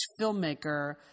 filmmaker